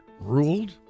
ruled